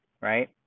right